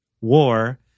war